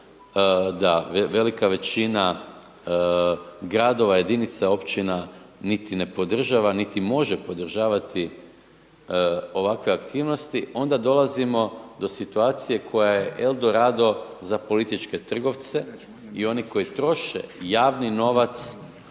da velika većina gradova, jedinica općina niti ne podržava, niti može podržavati ovakve aktivnosti, onda dolazimo do situacije koja je el dorado za političke trgovce i oni koji troše javni novac